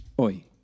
Oi